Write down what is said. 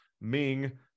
ming